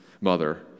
mother